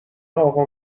اقا